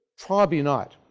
probably not?